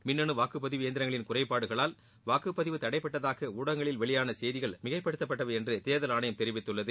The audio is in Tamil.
மின்னு வாக்குபதிவு இயந்திரங்களின் குறைபாடுகளால் வாக்குபதிவு தடைப்பட்டதாக ஊடகங்களில் வெளியான செய்திகள் மிகைப்படுத்தப்பட்டவை என்று தோதல் ஆணையம் தெரிவித்துள்ளது